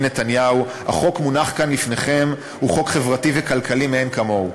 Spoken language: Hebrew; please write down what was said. נתניהו מונח כאן לפניכם חוק חברתי וכלכלי מאין כמוהו.